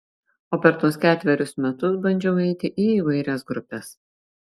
o per tuos ketverius metus bandžiau eiti į įvairias grupes